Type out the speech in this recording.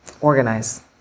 organize